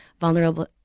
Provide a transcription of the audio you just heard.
vulnerable